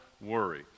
worry